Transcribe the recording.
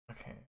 Okay